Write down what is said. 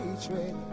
hatred